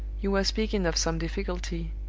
you were speaking of some difficulty